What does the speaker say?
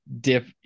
dip